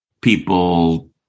people